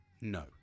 no